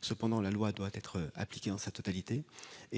Cependant, la loi doit être appliquée dans son intégralité.